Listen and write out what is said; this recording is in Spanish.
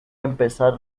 empezar